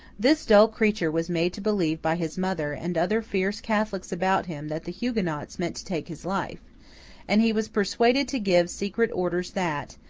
this dull creature was made to believe by his mother and other fierce catholics about him that the huguenots meant to take his life and he was persuaded to give secret orders that,